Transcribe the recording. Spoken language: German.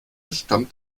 stammt